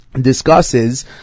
discusses